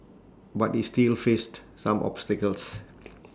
but he still faced some obstacles